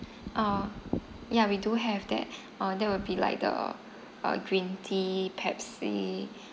oh ya we do have that uh that will be like the uh green tea pepsi